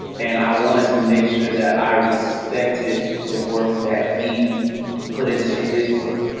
and i wanted to make sure that i respected the work that he put into his work,